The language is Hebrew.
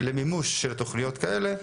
למימוש של תוכניות כאלה,